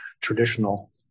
traditional